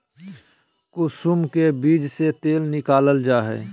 कुसुम के बीज से तेल निकालल जा हइ